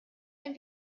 ein